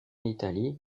italie